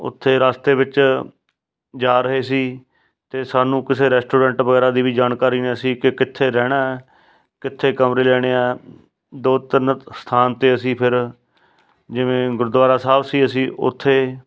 ਉੱਥੇ ਰਸਤੇ ਵਿੱਚ ਜਾ ਰਹੇ ਸੀ ਅਤੇ ਸਾਨੂੰ ਕਿਸੇ ਰੈਸਟੋਰੈਂਟ ਵਗੈਰਾ ਦੀ ਵੀ ਜਾਣਕਾਰੀ ਨਾ ਸੀ ਕਿ ਕਿੱਥੇ ਰਹਿਣਾ ਕਿੱਥੇ ਕਮਰੇ ਲੈਣੇ ਆ ਦੋ ਤਿੰਨ ਸਥਾਨ 'ਤੇ ਅਸੀਂ ਫਿਰ ਜਿਵੇਂ ਗੁਰਦੁਆਰਾ ਸਾਹਿਬ ਸੀ ਅਸੀਂ ਉੱਥੇ